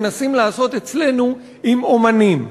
מנסים לעשות אצלנו עם אמנים.